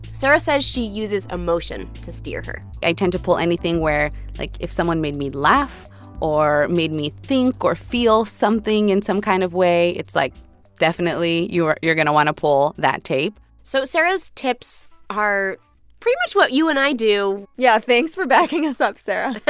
sarah says she uses emotion to steer her i tend to pull anything where, like, if someone made me laugh or made me think or feel something in some kind of way. it's like definitely, you're going to want to pull that tape so sarah's tips are pretty much what you and i do yeah. thanks for backing us up, sarah.